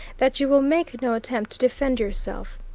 that you will make no attempt to defend yourself?